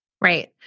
Right